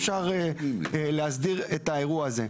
אפשר להסדיר את האירוע הזה.